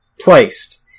placed